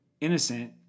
innocent